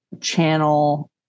channel